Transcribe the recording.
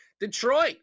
Detroit